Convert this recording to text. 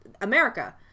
America